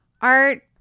art